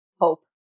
hope